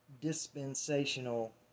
dispensational